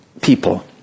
people